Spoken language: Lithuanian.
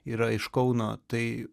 yra iš kauno tai